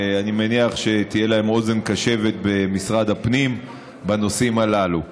אני מניח שתהיה להם אוזן קשבת במשרד הפנים בנושאים הללו.